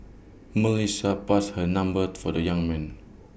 Melissa passed her number for the young man